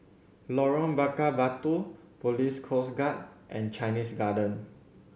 Lorong Bakar Batu Police Coast Guard and Chinese Garden